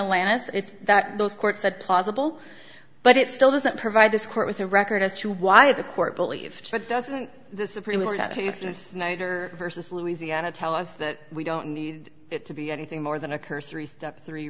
elana it's that those court said possible but it still doesn't provide this court with a record as to why the court believed but doesn't the supreme court case in snyder versus louisiana tell us that we don't need it to be anything more than a cursory step three